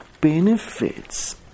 benefits